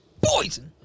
Poison